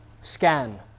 Scan